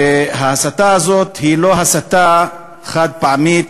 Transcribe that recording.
ההסתה הזאת היא לא הסתה חד-פעמית,